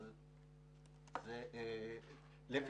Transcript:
אבל זה לפתחכם.